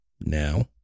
Now